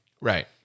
Right